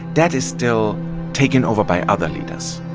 that is still taken over by other leaders.